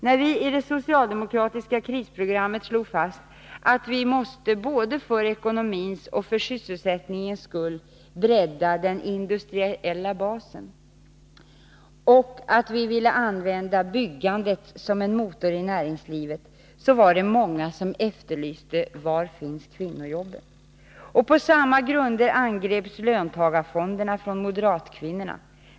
När vi i det socialdemokratiska krisprogrammet slog fast att vi både för ekonomins och för sysselsättningens skull måste ”bredda den industriella basen” och ville använda byggandet som en motor i näringslivet, var det många som efterlyste kvinnojobben. På samma grunder angreps löntagarfonderna av moderatkvinnorna.